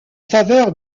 faveur